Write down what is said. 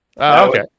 okay